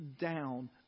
down